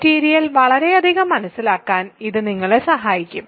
material വളരെയധികം മനസ്സിലാക്കാൻ ഇത് നിങ്ങളെ സഹായിക്കും